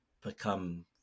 become